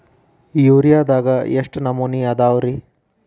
ಯೂರಿಯಾದಾಗ ಎಷ್ಟ ನಮೂನಿ ಅದಾವ್ರೇ?